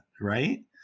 right